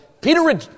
Peter